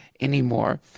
anymore